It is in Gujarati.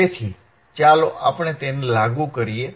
તેથી ચાલો તેને લાગુ કરીએ